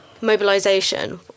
mobilisation